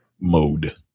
mode